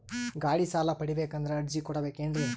ಗಾಡಿ ಸಾಲ ಪಡಿಬೇಕಂದರ ಅರ್ಜಿ ಕೊಡಬೇಕೆನ್ರಿ?